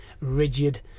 rigid